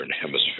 Hemisphere